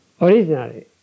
Originally